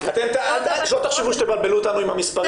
שלא תחשבו שתבלבלו אותנו עם המספרים,